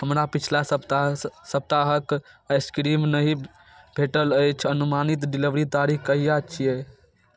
हमरा पिछला सप्ताह स सप्ताहक आइसक्रीम नहि भेटल अछि अनुमानित डिलीवरी तारीख कहिआ छियै